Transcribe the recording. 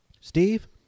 steve